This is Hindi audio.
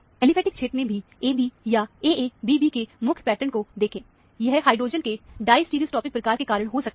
एलीफेटिक क्षेत्र में भी AB या AA'BB के मुख्य पैटर्न को देखें यह हाइड्रोजन के डायस्टेरोटोपिक प्रकार के कारण हो सकता है